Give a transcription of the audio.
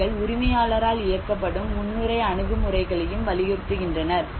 அவர்கள் உரிமையாளரால் இயக்கப்படும் முன்னுரை அணுகுமுறைகளையும் வலியுறுத்துகின்றனர்